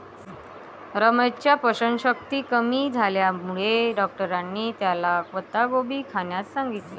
रमेशच्या पचनशक्ती कमी झाल्यामुळे डॉक्टरांनी त्याला पत्ताकोबी खाण्यास सांगितलं